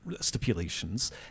Stipulations